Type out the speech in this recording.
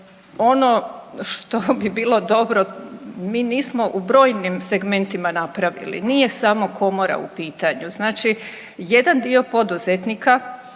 Ono što bi bilo dobro, mi nismo u brojnim segmentima napravili, nije samo Komora u pitanju. Znači jedan dio poduzetnika